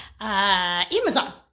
Amazon